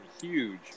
huge